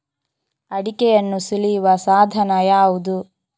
ಅಡಿಕೆಯನ್ನು ಸುಲಿಯುವ ಸಾಧನ ಯಾವುದು?